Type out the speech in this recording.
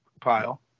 pile